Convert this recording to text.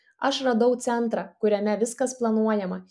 aš radau centrą kuriame viskas planuojama